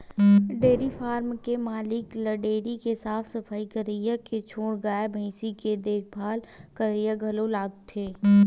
dairy farm के मालिक ल डेयरी के साफ सफई करइया के छोड़ गाय भइसी के देखभाल करइया घलो लागथे